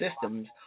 systems